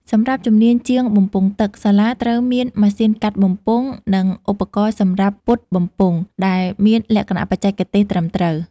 សម្រាប់ជំនាញ ជាងបំពង់ទឹក សាលាត្រូវមាន ម៉ាស៊ីនកាត់បំពង់ និង ឧបករណ៍សម្រាប់ពត់បំពង់ ដែលមានលក្ខណៈបច្ចេកទេសត្រឹមត្រូវ។